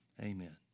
Amen